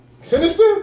Sinister